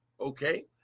Okay